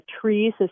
trees